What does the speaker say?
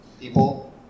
People